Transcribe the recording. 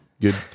Good